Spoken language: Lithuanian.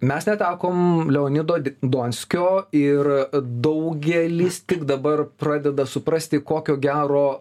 mes netekom leonido donskio ir daugelis tik dabar pradeda suprasti kokio gero